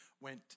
went